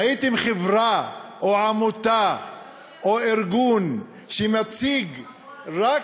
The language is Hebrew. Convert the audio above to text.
ראיתם חברה או עמותה או ארגון שמציגים רק